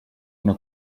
una